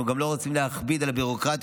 אנחנו גם לא רוצים להכביד בביורוקרטיה.